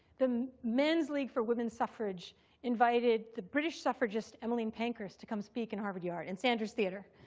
the men's league for women's suffrage invited the british suffragist emmeline pankhurst to come speak in harvard yard and sanders theater.